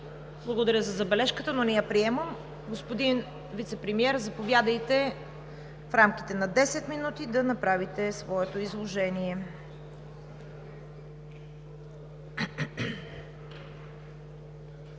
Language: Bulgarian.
благодаря за забележката, но не я приемам. Господин Вицепремиер, заповядайте в рамките на десет минути да направите своето изложение.